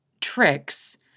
tricks